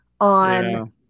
on